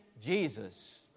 Jesus